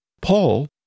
Paul